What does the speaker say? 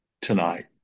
tonight